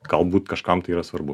galbūt kažkam tai yra svarbu